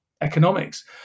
economics